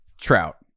Trout